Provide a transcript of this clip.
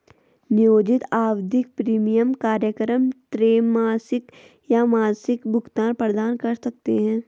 नियोजित आवधिक प्रीमियम कार्यक्रम त्रैमासिक या मासिक भुगतान प्रदान कर सकते हैं